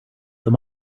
them